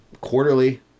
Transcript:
quarterly